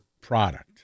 product